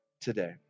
today